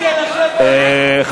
היושב-ראש, נגמר הזמן.